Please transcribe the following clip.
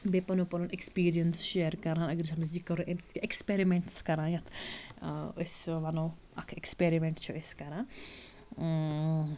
بیٚیہِ پَنُن پَنُن ایکٕسپیٖرینٕس شیر کَران اگر أسۍ اَتھ منٛز یہِ کَرو أمہِ سۭتۍ کیٛاہ ایکٕسپیرِمینٛٹٕس کَران یَتھ أسۍ وَنو اَکھ ایکٕسپیرِمینٛٹ چھِ أسۍ کَران